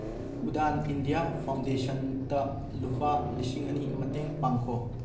ꯎꯗꯥꯟ India ꯐꯥꯎꯟꯗꯦꯁꯟꯇ ꯂꯨꯄꯥ ꯂꯤꯁꯤꯡ ꯑꯅꯤ ꯃꯇꯦꯡ ꯄꯥꯡꯈꯣ